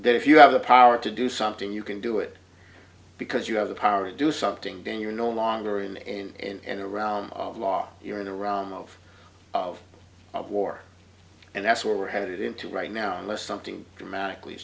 then if you have the power to do something you can do it because you have the power to do something dan you're no longer in and around the law you're in the round of of of war and that's where we're headed into right now unless something dramatically